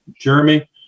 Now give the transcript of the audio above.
Jeremy